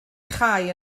chau